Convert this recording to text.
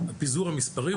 פיזור המספרים,